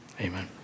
amen